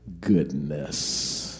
goodness